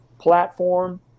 platform